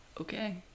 okay